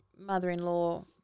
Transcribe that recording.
mother-in-law